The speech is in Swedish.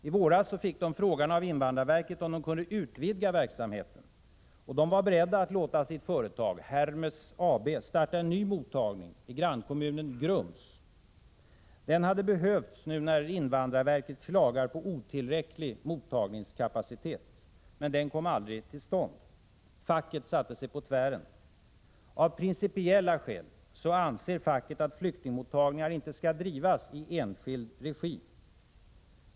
I våras fick de frågan av invandrarverket om de kunde utvidga verksamheten. De var beredda att låta sitt företag, Hermes AB, starta en ny mottagning i grannkommunen Grums. Den hade behövts nu när invandrarverket klagar på otillräcklig mottagningskapacitet. Men den kom aldrig till stånd. Facket satte sig på tvären. Av principiella skäl anser facket att flyktingmottagningar inte skall drivas i enskild regi.